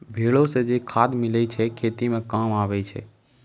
भेड़ो से जे खाद मिलै छै खेती मे काम आबै छै